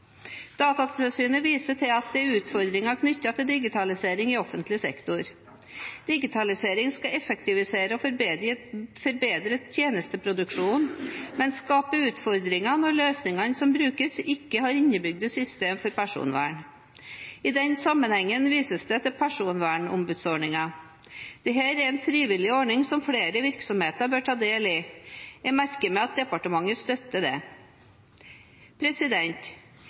Datatilsynet viser til at det er utfordringer knyttet til digitaliseringen i offentlig sektor. Digitalisering skal effektivisere og forbedre tjenesteproduksjonen, men skaper utfordringer når løsningene som brukes, ikke har innebygde systemer for personvern. I denne sammenheng vises det til personvernombudsordningen. Dette er en frivillig ordning som flere virksomheter bør ta del i. Jeg merker meg at departementet støtter